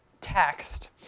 text